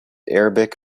arabic